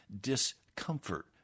Discomfort